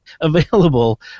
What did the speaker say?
Available